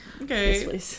Okay